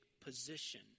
position